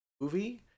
movie